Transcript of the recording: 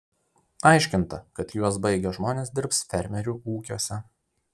aiškinta kad juos baigę žmonės dirbs fermerių ūkiuose